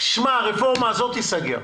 הרפורמה הזאת תיסגר.